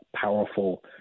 powerful